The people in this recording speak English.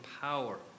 power